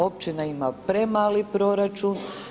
Općina ima premali proračun.